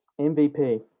MVP